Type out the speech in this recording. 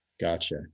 gotcha